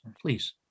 please